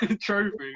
trophy